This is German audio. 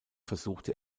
versuchte